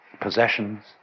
possessions